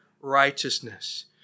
righteousness